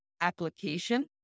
application